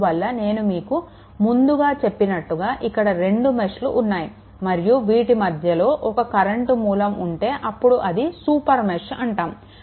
అందువల్ల నేను మీకు ముందు చెప్పినట్టుగా ఇక్కడ రెండు మెష్ల ఉన్నాయి మరియు వీటి మధ్యలో ఒక కరెంట్ మూలం ఉంటే అప్పుడు అది సూపర్ మెష్ అంటాము